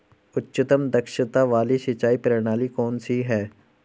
उच्चतम दक्षता वाली सिंचाई प्रणाली कौन सी है?